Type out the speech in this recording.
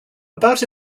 about